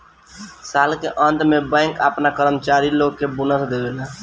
साल के अंत में बैंक आपना कर्मचारी लोग के बोनस देवेला